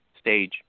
stage